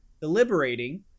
deliberating